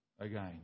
again